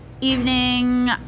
Evening